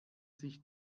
sich